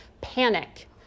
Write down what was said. panic